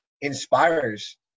inspires